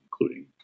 including